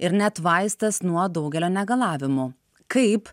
ir net vaistas nuo daugelio negalavimų kaip